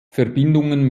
verbindungen